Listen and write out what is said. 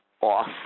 off